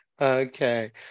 Okay